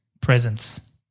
presence